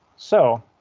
so.